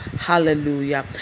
hallelujah